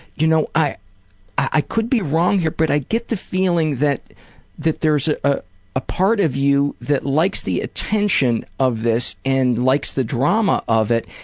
you know, i i could be wrong here, but i get the feeling that that there's a ah part of you that likes the attention of this and likes that drama of it,